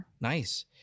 Nice